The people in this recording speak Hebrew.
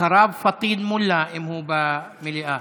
אחריו, פטין מולא, אם הוא במליאה.